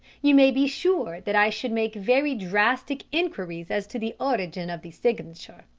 you may be sure that i should make very drastic inquiries as to the origin of the signature.